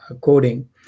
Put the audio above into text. coding